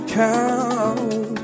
count